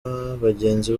bagenzi